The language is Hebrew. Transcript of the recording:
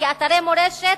כאתרי מורשת,